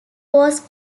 was